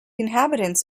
inhabitants